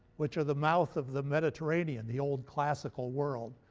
which are the mouth of the mediterranean, the old classical world.